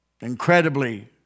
incredibly